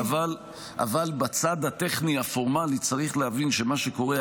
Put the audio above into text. אבל בצד הטכני הפורמלי צריך להבין שמה שקורה,